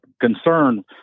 concern